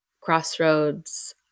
crossroads